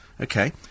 Okay